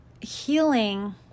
healing